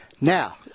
Now